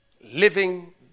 Living